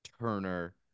Turner